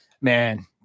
man